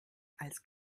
als